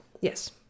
Yes